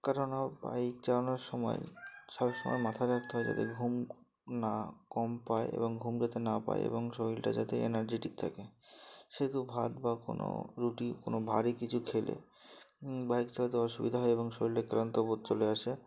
কেন না বাইক চালানোর সময় সবসময় মাথায় রাখতে হয় যাতে ঘুম না কম পায় এবং ঘুম যাতে না পায় এবং শরীরটা যাতে এনার্জেটিক থাকে সেহেতু ভাত বা কোনো রুটি কোনো ভারী কিছু খেলে বাইক চালাতে অসুবিধা হয় এবং শরীরটায় ক্লান্ত বোধ চলে আসে